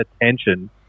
attention